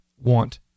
want